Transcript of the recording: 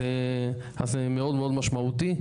אז זה מאוד מאוד משמעותי,